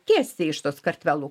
tiesiai iš tos kartvelų